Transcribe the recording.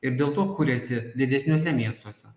ir dėl to kuriasi didesniuose miestuose